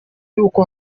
y’uko